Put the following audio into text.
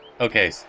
Okay